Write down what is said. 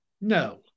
No